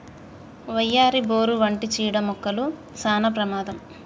వయ్యారి, బోరు వంటి చీడ మొక్కలు సానా ప్రమాదం